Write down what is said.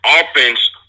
offense